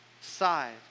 side